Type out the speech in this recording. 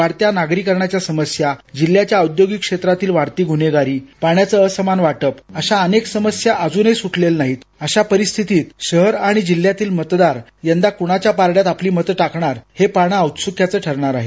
वाढत्या नागरीकरणाच्या समस्या जिल्ह्याच्या औद्योगिक क्षेत्रातील वाढती गुन्हेगारी पाण्याचं असमान वाटप अशा अनेक समस्या आजही सुटलेल्या नाहीत अशा परिस्थितीत शहर आणि जिल्ह्यातील मतदार यंदा कुणाच्या पारङ्यात आपली मतं टाकणार हे पाहणं औत्सुक्याचं ठरणार आहे